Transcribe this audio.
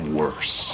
worse